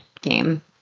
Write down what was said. game